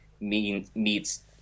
meets